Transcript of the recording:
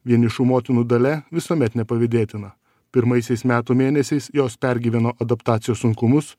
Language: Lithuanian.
vienišų motinų dalia visuomet nepavydėtina pirmaisiais metų mėnesiais jos pergyveno adaptacijos sunkumus